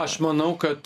aš manau kad